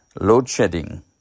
load-shedding